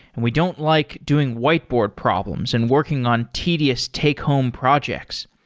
and we don't like doing whiteboard problems and working on tedious take home projects.